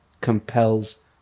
compels